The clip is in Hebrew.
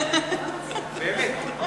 באמת.